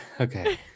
Okay